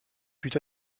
fut